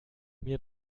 mir